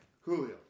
Julio